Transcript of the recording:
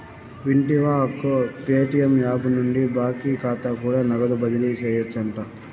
వింటివా అక్కో, Paytm app నుండి బాకీ కాతా కూడా నగదు బదిలీ సేయొచ్చంట